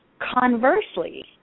Conversely